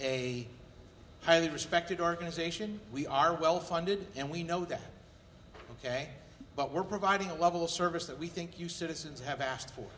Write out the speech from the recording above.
a highly respected organization we are well funded and we know that ok but we're providing a level of service that we think you citizens have asked for